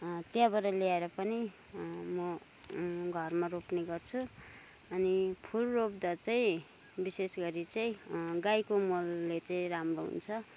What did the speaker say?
त्यहाँबाट ल्याएर पनि म घरमा रोप्ने गर्छु अनि फुल रोप्दा चाहिँ विशेष गरी चाहिँ गाईको मलले चाहिँ राम्रो हुन्छ